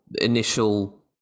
initial